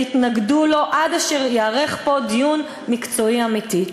תתנגדו לו עד אשר ייערך פה דיון מקצועי אמיתי.